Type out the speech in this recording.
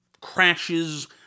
crashes